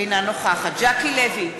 אינה נוכחת ז'קי לוי,